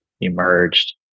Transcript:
emerged